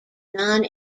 non